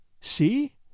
See